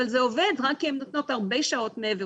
אבל זה עובד רק כי הן נותנות הרבה שעות מעבר